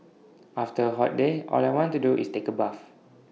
after A hot day all I want to do is take A bath